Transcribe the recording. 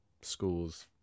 Schools